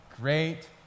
Great